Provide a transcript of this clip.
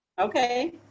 okay